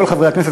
כל חברי הכנסת,